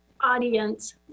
audience